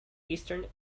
eastern